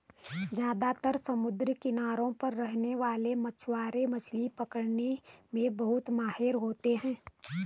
ज्यादातर समुद्री किनारों पर रहने वाले मछवारे मछली पकने में बहुत माहिर होते है